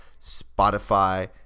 spotify